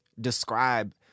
describe